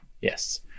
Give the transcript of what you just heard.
Yes